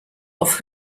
auf